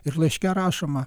ir laiške rašoma